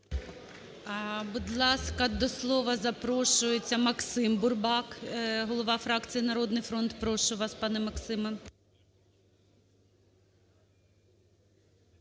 Будь ласка, до слова запрошується Максим Бурбак, голова фракція "Народний фронт". Прошу вас, пане Максиме.